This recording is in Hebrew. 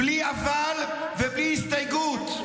בלי אבל ובלי הסתייגות.